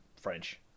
French